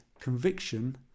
conviction